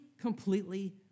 completely